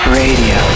radio